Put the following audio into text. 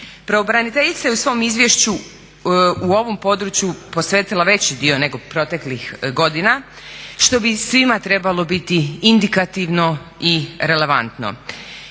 Pravobraniteljica je u svom izvješću u ovom području posvetila veći dio nego proteklih godina što bi svima trebalo biti indikativno i relevantno